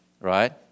right